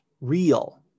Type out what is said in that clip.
real